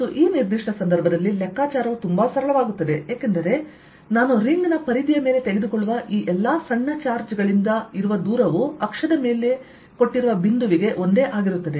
ಮತ್ತು ಈ ನಿರ್ದಿಷ್ಟ ಸಂದರ್ಭದಲ್ಲಿ ಲೆಕ್ಕಾಚಾರವು ತುಂಬಾ ಸರಳವಾಗುತ್ತದೆ ಏಕೆಂದರೆ ನಾನು ರಿಂಗ್ ನ ಪರಿಧಿಯ ಮೇಲೆ ತೆಗೆದುಕೊಳ್ಳುವ ಈ ಎಲ್ಲಾ ಸಣ್ಣ ಚಾರ್ಜ್ ಗಳಿಂದ ಇರುವ ದೂರವು ಅಕ್ಷದ ಮೇಲೆ ಕೊಟ್ಟಿರುವ ಬಿಂದುವಿಗೆ ಒಂದೇ ಆಗಿರುತ್ತದೆ